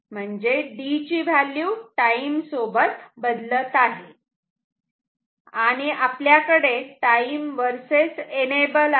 म्हणजेच D ची value time सोबत बदलत आहे आणि आपल्याकडे टाईम वर्सेस एनेबल आहे